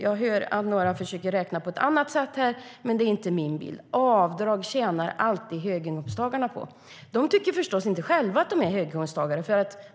Jag hör att några försöker räkna på ett annat sätt, men det är inte min bild. Avdrag tjänar alltid höginkomsttagarna på. Dessa tycker förstås inte själva att de är höginkomsttagare.